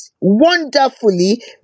wonderfully